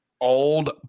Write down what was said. Old